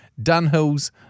Dunhills